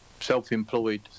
self-employed